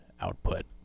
output